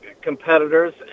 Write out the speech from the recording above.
competitors